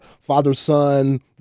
father-son